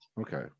Okay